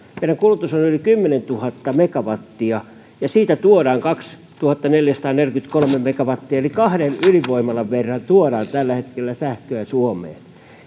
meidän kulutus on yli kymmenentuhatta megawattia ja siitä tuodaan kaksituhattaneljäsataaneljäkymmentäkolme megawattia eli kahden ydinvoimalan verran tuodaan tällä hetkellä sähköä suomeen